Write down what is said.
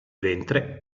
ventre